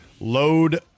Load